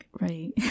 Right